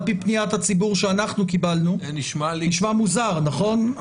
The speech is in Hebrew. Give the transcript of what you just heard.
זה נשמע מוזר, נכון?